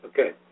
Okay